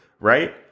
right